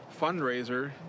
fundraiser